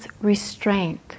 restraint